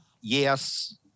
Yes